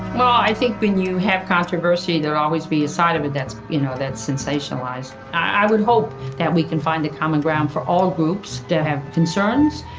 i think when you have controversy, there'll always be a side of it that's you know sensationalized. i would hope that we can find a common ground for all groups that have concerns,